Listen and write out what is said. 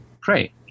pray